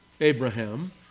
Abraham